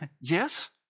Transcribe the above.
yes